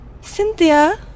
Cynthia